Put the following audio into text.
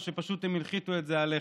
או שפשוט הנחיתו את זה עליך?